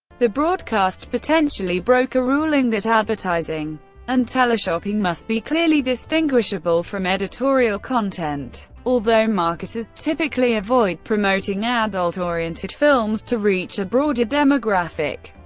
the broadcast potentially broke a ruling that advertising and teleshopping must be clearly distinguishable from editorial content. although marketers typically avoid promoting adult-oriented films to reach a broader demographic,